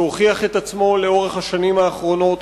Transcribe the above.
שהוכיח את עצמו לאורך השנים האחרונות,